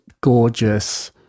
gorgeous